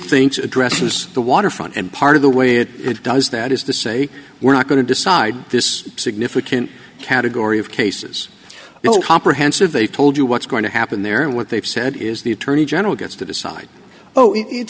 thinks addresses the waterfront and part of the way it does that is to say we're not going to decide this significant category of cases you'll comprehensive they've told you what's going to happen there and what they've said is the attorney general gets to decide oh it